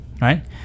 right